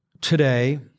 Today